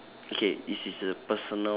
okay this is the personal